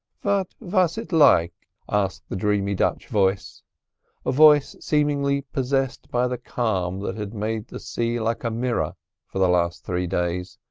vat vas it like? asked the dreamy dutch voice a voice seemingly possessed by the calm that had made the sea like a mirror for the last three days,